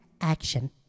action